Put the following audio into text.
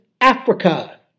Africa